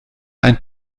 ein